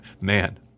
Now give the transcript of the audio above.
man